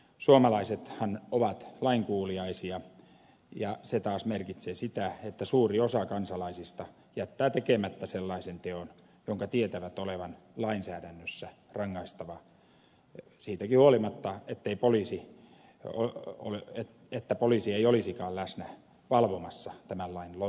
suomalaisethan ovat lainkuuliaisia ja se taas merkitsee sitä että suuri osa kansalaisista jättää tekemättä sellaisen teon jonka tietävät olevan lainsäädännössä rangaistava siitäkin huolimatta että poliisi ei olisikaan läsnä valvomassa tämän lain noudattamista